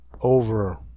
over